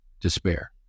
despair